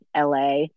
la